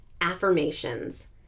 affirmations